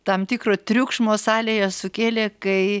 tam tikro triukšmo salėje sukėlė kai